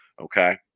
Okay